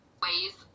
ways